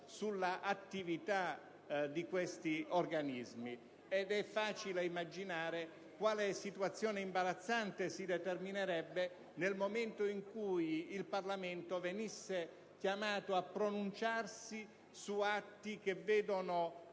sull'attività di questi organismi. Ed è facile immaginare quale situazione imbarazzante si determinerebbe nel momento in cui il Parlamento fosse chiamato a pronunciarsi su atti che vedono